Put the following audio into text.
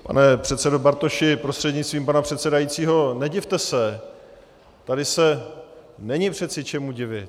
Pane předsedo Bartoši prostřednictvím pana předsedajícího, nedivte se, tady se není přeci čemu divit.